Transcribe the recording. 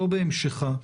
לא בהמשכה,